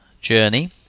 journey